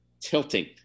tilting